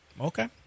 Okay